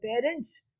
parents